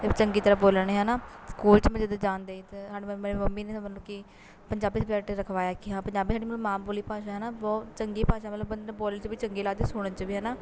ਅਤੇ ਚੰਗੀ ਤਰ੍ਹਾਂ ਬੋਲਣੀ ਹੈ ਨਾ ਸਕੂਲ 'ਚ ਮੈਂ ਜਿੱਦਾਂ ਜਾਂਦੇ ਹੀ ਅਤੇ ਸਾਡੀ ਮੰਮੀ ਮੇਰੀ ਮੰਮੀ ਨੇ ਮਤਲਬ ਕਿ ਪੰਜਾਬੀ ਸਬਜੈਕਟ ਰਖਵਾਇਆ ਕਿ ਹਾਂ ਪੰਜਾਬੀ ਜਿਹੜੀ ਸਾਡੀ ਮਾਂ ਬੋਲੀ ਭਾਸ਼ਾ ਹੈ ਹੈ ਨਾ ਬਹੁਤ ਚੰਗੀ ਭਾਸ਼ਾ ਮਤਲਬ ਬੰਦੇ ਨੂੰ ਬੋਲਣ 'ਚ ਵੀ ਚੰਗੀ ਲੱਗਦੀ ਸੁਣਨ 'ਚ ਵੀ ਹੈ ਨਾ